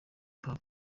hip